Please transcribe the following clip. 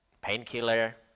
Painkiller